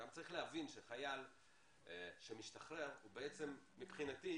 גם צריך להבין שחייל שמשתרר, הוא בעצם מבחינתי,